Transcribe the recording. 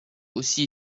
aussi